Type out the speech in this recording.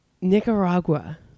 Nicaragua